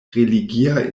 religia